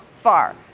far